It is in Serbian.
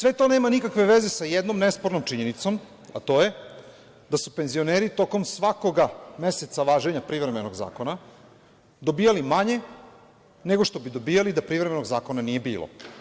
Sve to nema nikakve veze sa jednom nepsornom činjenicom, a to je da su penzioneri tokom svakog meseca važenja privremenog zakona dobijali manje nego što bi dobijali da privremenog zakona nije bilo.